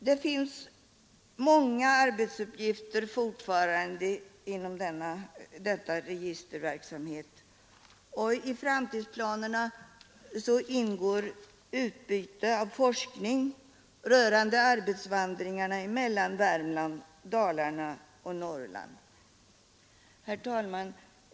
Det finns många arbetsuppgifter fortfarande inom denna registerverksamhet. I framtidsplanerna ingår utbyte och forskning rörande arbetsvandringarna mellan Värmland, Dalarna och Norrland. Herr talman!